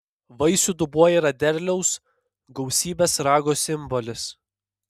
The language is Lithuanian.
vaisių dubuo yra derliaus gausybės rago simbolis